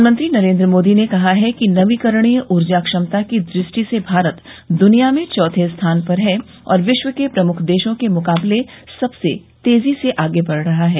प्रधानमंत्री नरेन्द्र मोदी ने कहा है कि नवीकरणीय ऊर्जा क्षमता की दृष्टि से भारत दुनिया में चौथे स्थान पर है और विश्व के प्रमुख देशों के मुकाबले सबसे तेजी से आगे बढ रहा है